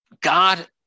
God